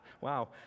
Wow